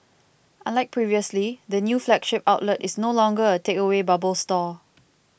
unlike previously the new flagship outlet is no longer a takeaway bubble store